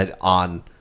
On